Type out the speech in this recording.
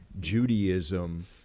Judaism